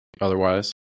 otherwise